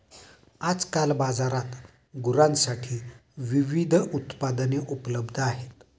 आजकाल बाजारात गुरांसाठी विविध उत्पादने उपलब्ध आहेत